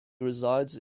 resides